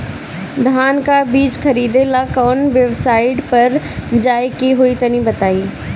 धान का बीज खरीदे ला काउन वेबसाइट पर जाए के होई तनि बताई?